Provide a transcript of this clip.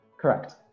correct